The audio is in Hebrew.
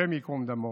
השם ייקום דמו,